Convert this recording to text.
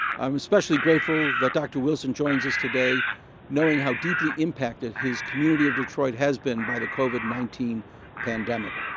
i'm especially grateful that dr. wilson joins us today knowing how deeply impacted his community of detroit has been by the covid nineteen pandemic.